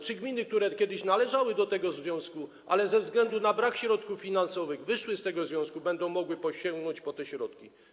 Czy gminy, które kiedyś należały do tego związku, ale ze względu na brak środków finansowych wyszły z tego związku, będą mogły sięgnąć po te środki?